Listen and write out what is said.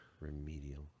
Remedial